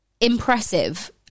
impressive